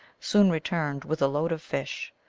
soon returned with a load of fish.